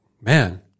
man